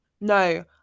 No